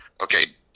okay